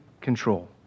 control